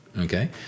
okay